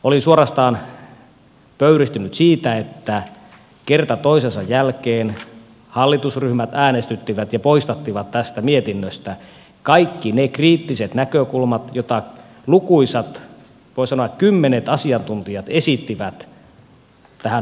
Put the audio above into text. olin suorastaan pöyristynyt siitä että kerta toisensa jälkeen hallitusryhmät äänestyttivät ja poistattivat tästä mietinnöstä kaikki ne kriittiset näkökulmat joita lukuisat voi sanoa kymmenet asiantuntijat esittivät tähän hallituksen esitykseen